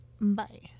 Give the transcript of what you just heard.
Bye